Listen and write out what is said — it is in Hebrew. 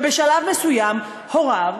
בשלב מסוים הוריו,